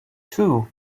two